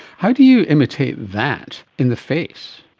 how do you imitate that in the face?